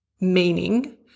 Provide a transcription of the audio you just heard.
meaning